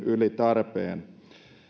yli tarpeen